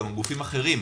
גם הגופים האחרים,